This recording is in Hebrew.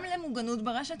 גם למוגנות ברשת,